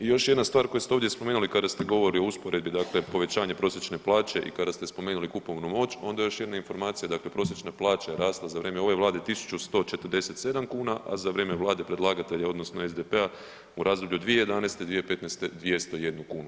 I još jedna stvar koju ste ovdje spomenuli kada ste govorili o usporedbi dakle povećanje prosječne plaće i kada ste spomenuli kupovnu moć, onda još jedna informacija, dakle prosječna plaća je rasla za vrijeme ove Vlade 1147 kuna, a za vrijeme Vlade predlagatelja odnosno SDP-a u razdoblju od 2011.-2015. 201 kunu.